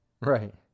Right